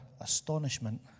astonishment